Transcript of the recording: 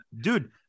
dude